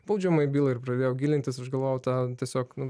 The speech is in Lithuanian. baudžiamąją bylą ir pradėjau gilintis aš galvojau ten tiesiog nu